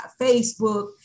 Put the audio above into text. Facebook